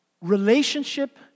relationship